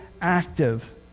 active